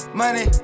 money